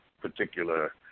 particular